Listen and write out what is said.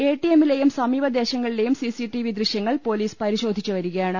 എടിഎമ്മിലെയും സമീപ ദേശങ്ങളിലെയും സിസിടിവി ദൃശ്യങ്ങൾ പ്പൊലീസ് പരിശോ ധിച്ചു വരികയാണ്